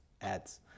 ads